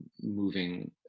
moving